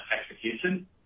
execution